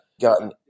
gotten